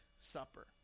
Supper